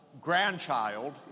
grandchild